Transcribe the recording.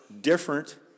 different